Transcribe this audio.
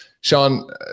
Sean